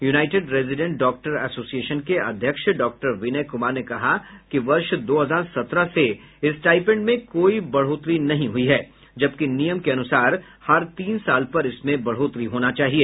United resident doctor association के अध्यक्ष doctor Vinay Kumar ने कहा कि वर्ष दो हजार सत्रह से स्टाईपेंड में कोई बढ़ोतरी नहीं हुई है जबकि नियम के अनुसार हर तीन साल पर इसमें बढ़ोतरी होना है